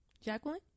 Jacqueline